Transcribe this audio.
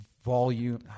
volume